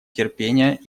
терпения